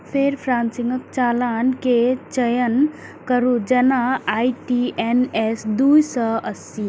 फेर प्रासंगिक चालान के चयन करू, जेना आई.टी.एन.एस दू सय अस्सी